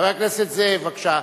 חבר הכנסת זאב, בבקשה.